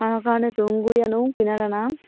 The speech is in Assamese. হাঁহৰ কাৰণে তুঁহগুৰি আনোঁ কিনা দানা